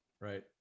right